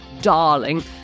darling